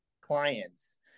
clients